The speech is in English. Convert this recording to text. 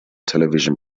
television